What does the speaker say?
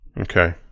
Okay